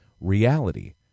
reality